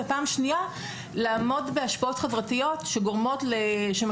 ופעם שנייה לעמוד בהשפעות חברתיות שמשפיעות